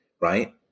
Right